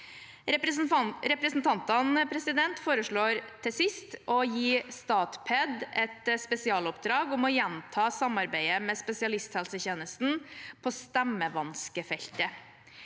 Representantene foreslår til sist å gi Statped et spesialoppdrag om å gjenoppta samarbeidet med spesialisthelsetjenesten på stemmevanskefeltet.